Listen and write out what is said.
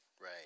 right